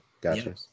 gotcha